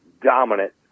dominant